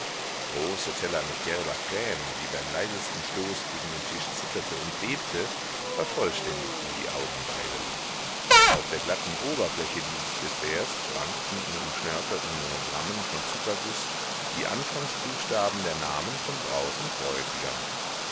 große teller mit gelber creme die beim leisesten stoß gegen den tisch zitterte und bebte vervollständigten die augenweide auf der glatten oberfläche dieses desserts prangten in umschnörkelten monogrammen von zuckerguß die anfangsbuchstaben der namen von braut und bräutigam